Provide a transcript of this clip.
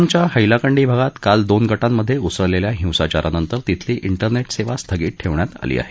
आसामच्या हैलाकंडी भागात काल दोन गटांत उसळलेल्या हिंसाचारानंतर तिथली डेरनेट सेवा स्थगित ठेवण्यात आली आहे